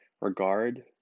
regard